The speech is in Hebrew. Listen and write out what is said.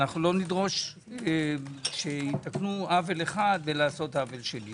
לא נדרוש שיתקנו עוול אחד כדי לעשות עוול שני.